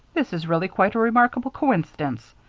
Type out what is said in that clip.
this is really quite a remarkable coincidence.